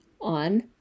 on